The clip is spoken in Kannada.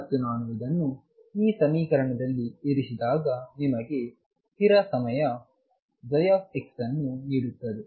ಮತ್ತು ನಾನು ಇದನ್ನು ಈ ಸಮೀಕರಣದಲ್ಲಿ ಇರಿಸಿದಾಗ ನಿಮಗೆ ಸ್ಥಿರ ಸಮಯ xವನ್ನು ನೀಡುತ್ತದೆ